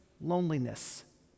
loneliness